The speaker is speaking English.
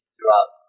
throughout